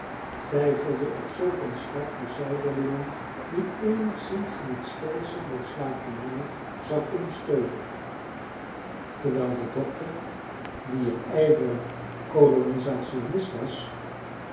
twijfelde of zulk een stap de zuiderlingen niet eenigszins in het stelsel der slavernij zou kunnen steunen terwijl de dokter die een ijverig colonisationist was